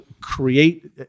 create